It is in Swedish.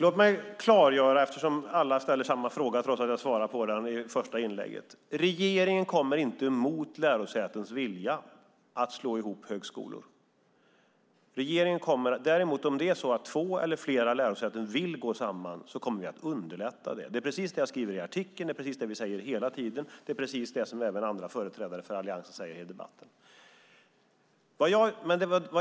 Herr talman! Alla ställer samma fråga, trots att jag besvarade frågan redan i mitt första inlägg. Låt mig besvara den igen. Regeringen kommer inte att mot lärosätens vilja slå ihop högskolor. Om två eller flera lärosäten däremot vill gå samman kommer regeringen att underlätta den saken. Det är precis det jag skriver i artikeln, och det är vad regeringen säger hela tiden och vad andra företrädare för Alliansen säger i debatten.